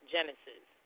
Genesis